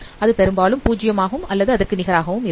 அது பெரும்பாலும் பூஜ்யம் ஆகும் அல்லது அதற்கு நிகராக இருக்கும்